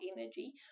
energy –